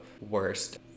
worst